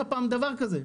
היה פעם דבר כזה.